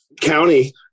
county